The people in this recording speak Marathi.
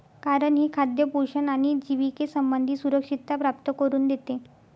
कारण हे खाद्य पोषण आणि जिविके संबंधी सुरक्षितता प्राप्त करून देते